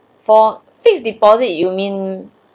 for fixed deposit you mean